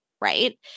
right